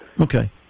Okay